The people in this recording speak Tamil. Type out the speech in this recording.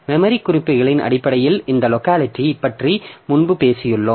மெமரி குறிப்புகளின் அடிப்படையில் இந்த லோக்காலிட்டிப் பற்றி முன்பு பேசியுள்ளோம்